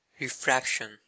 refraction